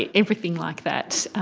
ah everything like that.